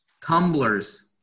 Tumblers